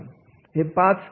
कार्याचे वर्णन म्हणजे काय